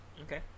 Okay